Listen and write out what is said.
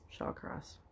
Shawcross